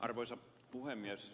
arvoisa puhemies